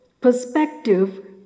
perspective